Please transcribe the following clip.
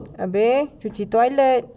habis cuci toilet